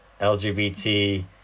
LGBT